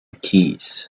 keys